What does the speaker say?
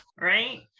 Right